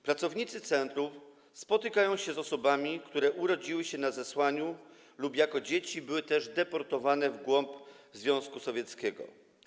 Pracownicy centrum spotykają się z osobami, które urodziły się na zesłaniu lub jako dzieci były też deportowane w głąb Związku Sowieckiego.